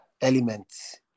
elements